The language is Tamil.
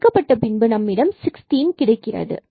சுருக்கப்பட்ட பின்பு நம்மிடம்16 கிடைக்கிறது